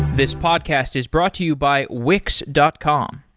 this podcast is brought to you by wix dot com.